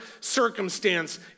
circumstance